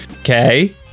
Okay